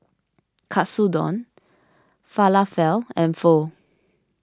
Katsudon Falafel and Pho